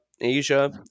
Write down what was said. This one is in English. Asia